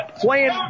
playing